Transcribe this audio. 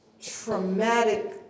traumatic